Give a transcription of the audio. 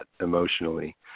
emotionally